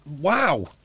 wow